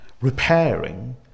repairing